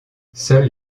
seuls